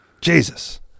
Jesus